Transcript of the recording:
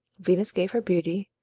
venus gave her beauty,